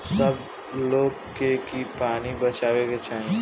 सब लोग के की पानी बचावे के चाही